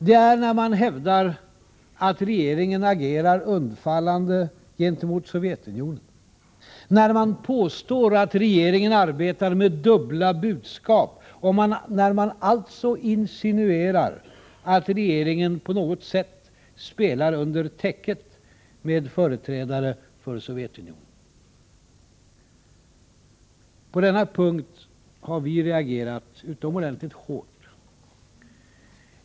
Det är när man hävdar att regeringen agerar undfallande gentemot Sovjetunionen, när man påstår att regeringen arbetar med dubbla budskap och när man alltså insinuerar att regeringen på något sätt spelar under täcket med företrädare för Sovjetunionen. På denna punkt har vi reagerat utomordentligt hårt.